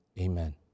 Amen